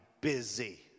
busy